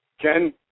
Ken